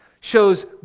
shows